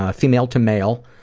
ah female to male,